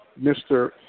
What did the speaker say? Mr